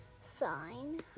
Sign